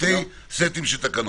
שני סטים של תקנות.